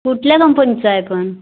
कुठल्या कंपनीचा आहे पण